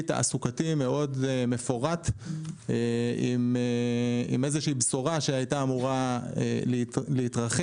תעסוקתי מאוד מפורט עם איזה שהיא בשורה שהייתה אמורה להתרחש,